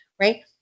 Right